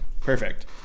Perfect